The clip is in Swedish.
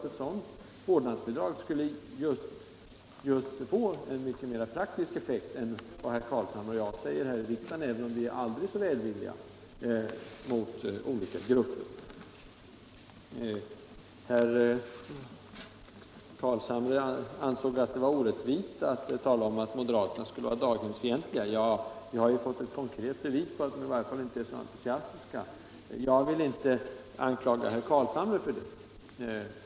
Ett vårdnadsbidrag skulle säkert få en större praktisk effekt än vad herr Carlshamre och jag säger i riksdagen, även om vi är aldrig så välvilliga mot alla grupper. Herr Carlshamre ansåg det orättvist att säga att moderatcin? skulle vara daghemsfientliga. Men vi har fått påtagliga bevis på att de verkligen inte är så entusiastiska. Jag vill inte anklaga herr Carlshamre.